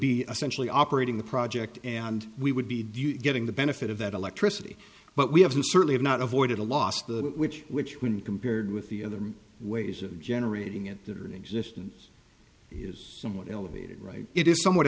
essentially operating the project and we would be due to getting the benefit of that electricity but we have certainly not avoided a loss that which which when compared with the other ways of generating it that are in existence is somewhat elevated right it is somewhat